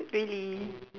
really